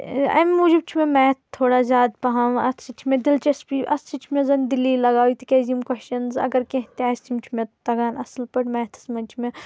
امہِ موجوٗب چھِ مےٚ میتھ تھوڑا زیادٕ پہم اَتھ سۭتۍ چھِ مےٚ دِلچَسپی اَتھ سۭتۍ چھِ مےٚ زَن دلی لگاو تِکیٛازِ یِم کوسچنٕز اگر کیٚنٛہہ تہِ آسہِ یِم چھِ مےٚ تگان اصٕل پٲٹھۍ میتھَس منٛز چھِ مےٚ